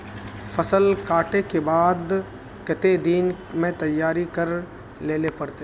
फसल कांटे के बाद कते दिन में तैयारी कर लेले पड़ते?